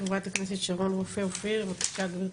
ח"כ שרון רופא אופיר בבקשה.